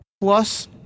plus